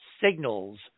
signals